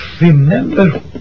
remember